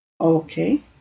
Okay